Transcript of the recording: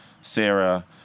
Sarah